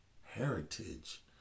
heritage